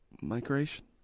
Migration